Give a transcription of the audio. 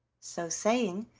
so saying,